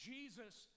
Jesus